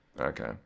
Okay